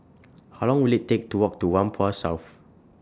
How Long Will IT Take to Walk to Whampoa South